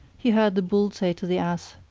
he heard the bull say to the ass,